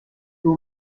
two